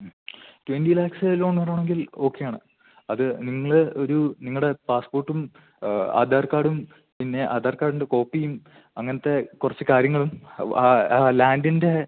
മ് twenty lakhs loan വേണമെങ്കിൽ ഓക്കെയാണ് അത് നിങ്ങൾ ഒരൂ നിങ്ങളുടെ പാസ്പോട്ടും ആധാർ കാഡും പിന്നെ ആധാർ കാഡിൻ്റെ കോപ്പിയും അങ്ങനെത്തെ കുറച്ച് കാര്യങ്ങളും ആ ആ ലാൻഡിൻറ്റെ